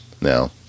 now